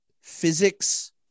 physics